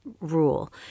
rule